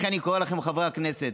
לכן אני קורא לכם, חברי הכנסת,